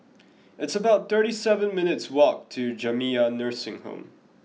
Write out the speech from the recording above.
it's about thirty seven minutes' walk to Jamiyah Nursing Home